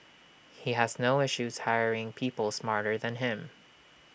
he has no issues hiring people smarter than him